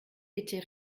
était